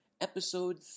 episode